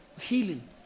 healing